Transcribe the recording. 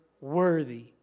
worthy